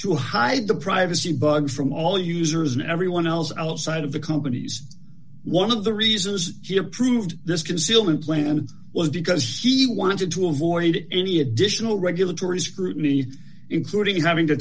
to hide the privacy bugs from all users and everyone else outside of the companies one of the reasons give proved this concealment plan was because she wanted to avoid any additional regulatory scrutiny including having to